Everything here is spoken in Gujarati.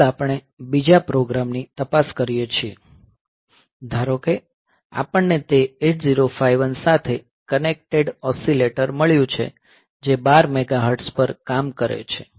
આગળ આપણે બીજા પ્રોગ્રામ ની તપાસ કરીએ છીએ ધારો કે આપણને તે 8051 સાથે કનેક્ટેડ ઓસિલેટર મળ્યું છે જે 12 મેગાહર્ટ્ઝ પર કામ કરે છે